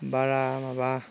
बारा माबा